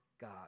God